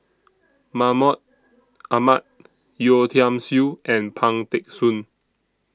Mahmud Ahmad Yeo Tiam Siew and Pang Teck Soon